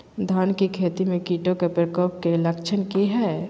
धान की खेती में कीटों के प्रकोप के लक्षण कि हैय?